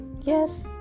yes